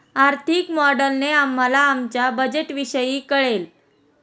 आर्थिक मॉडेलने आम्हाला आमच्या बजेटविषयी कळेल